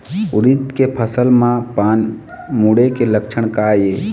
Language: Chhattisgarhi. उरीद के फसल म पान मुड़े के लक्षण का ये?